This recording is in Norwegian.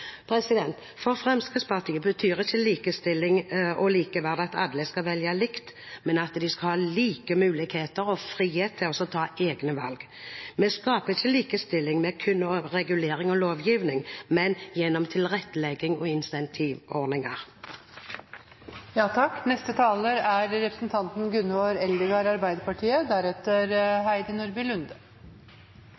For Fremskrittspartiet betyr ikke likestilling og likeverd at alle skal velge likt, men at vi skal ha like muligheter og frihet til å ta egne valg. Vi skaper ikke likestilling kun ved regulering og lovgivning, men gjennom tilrettelegging og incentivordninger. Det er fleire som har sagt i dag at dette er